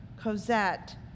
Cosette